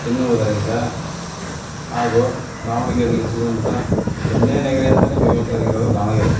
ತಿನ್ನುವುದರಿಂದ ಹಾಗೂ ದಾವಣಗೆರೆಯಲ್ಲಿ ಸಿಗುವಂಥ ಬೆಣ್ಣೆನಗರಿ ಅಂತಲೇ ಫೇಮಸ್ಸಾಗಿರೋದು ದಾವಣಗೆರೆ